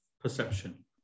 perception